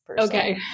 Okay